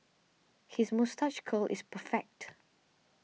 his moustache curl is perfect